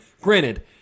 Granted